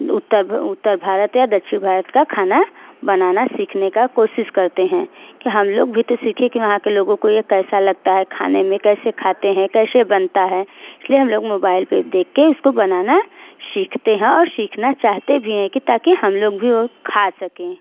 उत्तर उत्तर भारत या दक्षिण भारत का खाना बनाना सीखने का कोशिश करते हैं कि हम लोग भी तो सीखें कि वहाँ के लोगों को यह कैसा लगता है खाने में कैसे खाते हैं कैसे बनता है इसलिए हम लोग मोबाइल पर देख कर उसको बनाना सीखते हैं और सीखना चाहते भी हैं कि ताकि हम लोग भी वह खा सकें